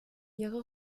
ihre